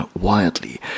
wildly